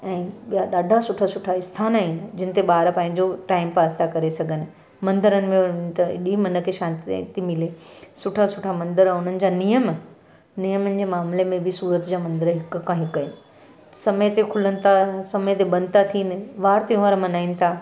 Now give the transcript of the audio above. ऐं ॿिया ॾाढा सुठा सुठा स्थान आहिनि जिनि ते ॿार टाइम पंहिंजो पास था करे सघनि मंदरनि में वञु त एॾी मन खे शांती थी मिले सुठा सुठा मंदर उन्हनि जा नियम नियमनि जे मामले में बि सूरत जा मंदर हिक खां हिकु आहिनि समय ते खुलनि था ऐं समय ते बंदि था थियनि वार त्यौहार मनाइनि था